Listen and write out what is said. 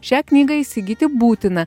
šią knygą įsigyti būtina